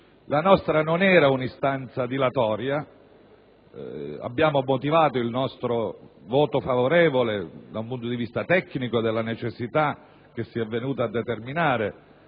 La nostra non era un'istanza dilatoria, giacché abbiamo motivato il nostro voto favorevole dal punto di vista tecnico per la necessità che si è venuta a determinare